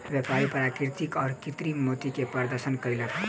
व्यापारी प्राकृतिक आ कृतिम मोती के प्रदर्शन कयलक